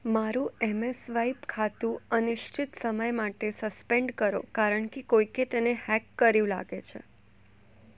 મારું M A swipe ખાતું અનિશ્ચિત સમય માટે સસ્પેન્ડ કરો કારણકે કોઈકે તેને હેક કર્યું લાગે છે